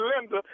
Linda